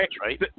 right